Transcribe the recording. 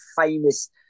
famous